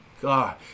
god